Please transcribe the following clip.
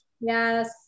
Yes